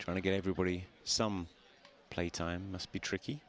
trying to get everybody some play time must be tricky